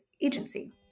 agency